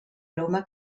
aroma